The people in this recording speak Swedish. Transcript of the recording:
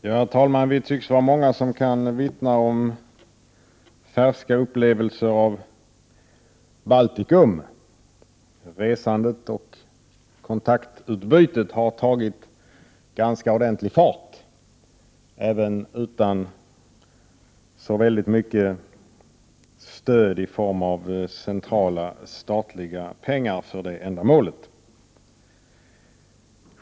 Herr talman! Vi tycks vara många som kan vittna om färska upplevelser av Baltikum. Resandet och kontaktutbytet har tagit ganska ordentlig fart, även utan så väldigt mycket stöd i form av centrala statliga pengar för ändamålet.